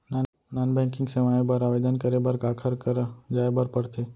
non banking सेवाएं बर आवेदन करे बर काखर करा जाए बर परथे